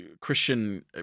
christian